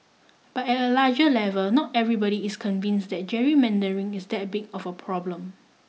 but at a larger level not everybody is convinced that gerrymandering is that big of a problem